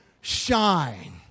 shine